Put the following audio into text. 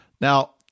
Now